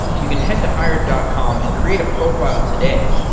you can head to hired dot com and create a profile today.